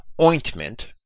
ointment